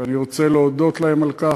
ואני רוצה להודות להן על כך,